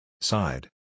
Side